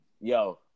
Yo